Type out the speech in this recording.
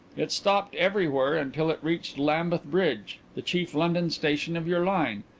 it stopped everywhere until it reached lambeth bridge, the chief london station of your line.